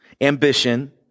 ambition